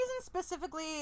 specifically